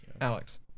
Alex